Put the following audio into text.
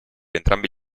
entrambi